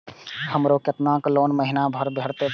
हमरो केतना लोन महीना में भरे परतें?